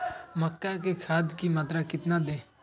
मक्का में खाद की मात्रा कितना दे?